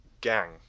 gang